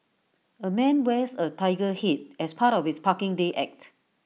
A man wears A Tiger Head as part of his parking day act